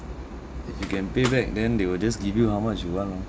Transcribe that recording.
if you can pay back then they will just give you how much you want lah